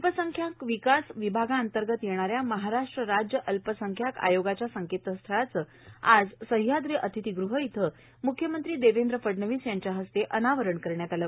अल्पसंख्याक विकास विभागाअंतर्गत येणाऱ्या महाराष्ट्र राज्य अल्पसंख्याक आयोगाच्या संकेतस्थळाचं आज सह्याद्री अतिथीगृह इथं मुख्यमंत्री देवेंद्र फडणवीस यांच्या हस्ते अनावरण करण्यात आले